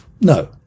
No